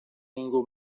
ningú